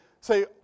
say